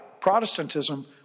Protestantism